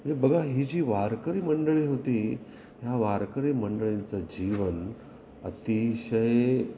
म्हणजे बघा ही जी वारकरी मंडळी होती ह्या वारकरी मंडळींचं जीवन अतिशय